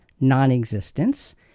non-existence